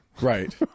right